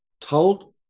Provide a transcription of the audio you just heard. told